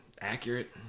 accurate